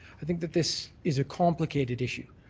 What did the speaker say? i think that this is a complicated issue.